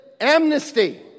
amnesty